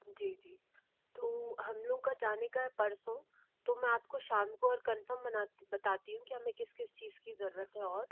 जी जी तो हम लोगों का जाने का है परसों तो मैं आप को शाम को और कनफौम मनाती बताती हूँ कि हमें किस किस चीज़ की ज़रूरत है और